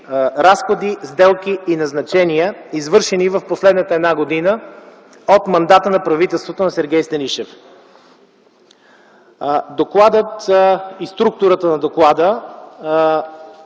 разходи, сделки и назначения, извършени през последната една година от мандата на правителството на Сергей Станишев. Докладът и структурата на доклада